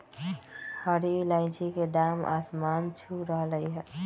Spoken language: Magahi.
हरी इलायची के दाम आसमान छू रहलय हई